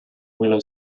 willow